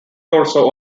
also